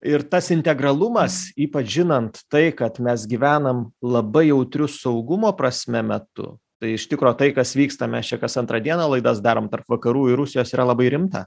ir tas integralumas ypač žinant tai kad mes gyvenam labai jautriu saugumo prasme metu tai iš tikro tai kas vyksta mes čia kas antrą dieną laidas darom tarp vakarų ir rusijos yra labai rimta